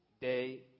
day